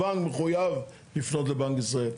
הבנק מחויב לפנות לבנק ישראל.